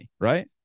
right